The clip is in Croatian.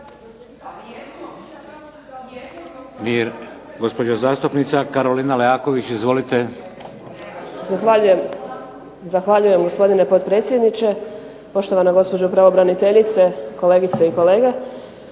Gospođa zastupnica Karolina Leaković, izvolite. **Leaković, Karolina (SDP)** Zahvaljujem, gospodine potpredsjedniče. Poštovana gospođo pravobraniteljice, kolegice i kolege.